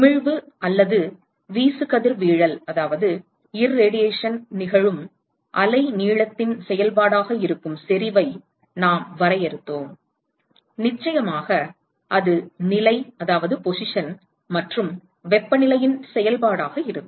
உமிழ்வு அல்லது வீசுகதிர்வீழல் நிகழும் அலைநீளத்தின் செயல்பாடாக இருக்கும் செறிவை நாம் வரையறுத்தோம் நிச்சயமாக அது நிலை மற்றும் வெப்பநிலையின் செயல்பாடாக இருக்கும்